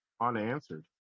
unanswered